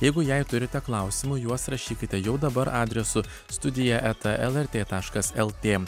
jeigu jai turite klausimų juos rašykite jau dabar adresu studija eta lrt taškas lt